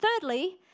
thirdly